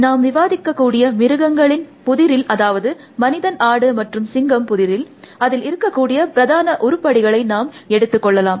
நாம் விவாதிக்கக்கூடிய மிருகங்களின் புதிரில் அதாவது மனிதன் ஆடு மற்றும் சிங்கம் புதிரில் அதில் இருக்கக்கூடிய பிரதான உருப்படிகளை நாம் எடுத்து கொள்ளலாம்